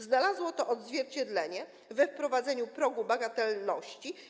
Znalazło to odzwierciedlenie we wprowadzeniu progu bagatelności.